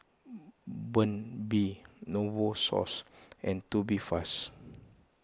Burt's Bee Novosource and Tubifast